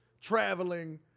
traveling